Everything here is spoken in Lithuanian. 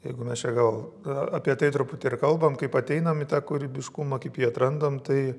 jeigu mes čia gal apie tai truputį ir kalbam kaip ateinam į tą kūrybiškumą kaip jį atrandam tai